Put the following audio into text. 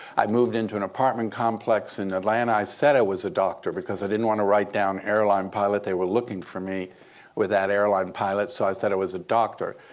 i moved into an apartment complex in atlanta. i said i was a doctor because i didn't want to write down airline pilot. they were looking for me with that airline pilot. so i said i was a doctor.